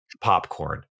popcorn